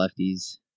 lefties